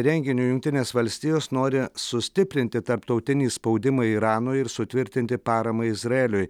renginiu jungtinės valstijos nori sustiprinti tarptautinį spaudimą iranui ir sutvirtinti paramą izraeliui